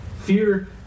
Fear